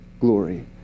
glory